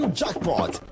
jackpot